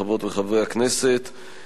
חברות וחברי הכנסת,